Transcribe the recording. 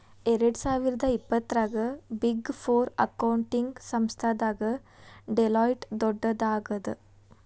ಎರ್ಡ್ಸಾವಿರ್ದಾ ಇಪ್ಪತ್ತರಾಗ big four accounting ಸಂಸ್ಥಾದಾಗ ಡೆಲಾಯ್ಟ್ ದೊಡ್ಡದಾಗದ